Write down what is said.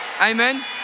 Amen